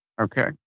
Okay